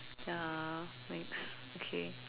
ya next okay